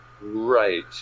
right